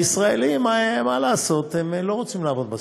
והישראלים, מה לעשות, הם לא רוצים לעבוד בסיעוד,